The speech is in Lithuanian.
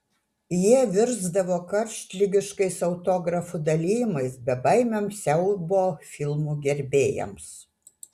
jie virsdavo karštligiškais autografų dalijimais bebaimiams siaubo filmų gerbėjams